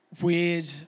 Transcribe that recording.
weird